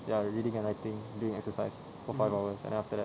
ya reading and writing doing exercise for five hours and then after that